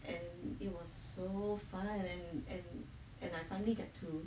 and it was so fun and and and I finally get to